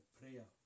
prayer